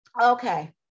Okay